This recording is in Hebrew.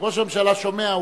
ראש הממשלה שומע,